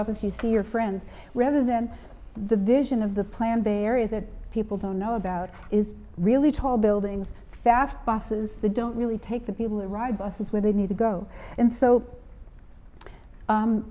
office you see your friends rather than the vision of the plan there is that people don't know about is really tall buildings fast buses the don't really take the people or ride buses where they need to go and so